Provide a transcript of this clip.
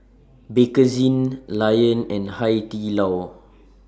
Bakerzin Lion and Hai Di Lao